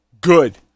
good